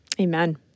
Amen